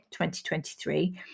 2023